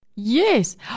Yes